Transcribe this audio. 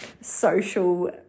social